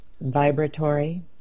vibratory